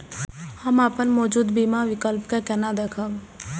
हम अपन मौजूद बीमा विकल्प के केना देखब?